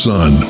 Son